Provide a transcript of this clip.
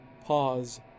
Pause